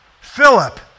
Philip